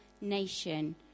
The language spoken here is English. nation